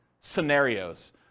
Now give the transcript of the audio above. scenarios